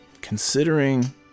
Considering